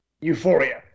euphoria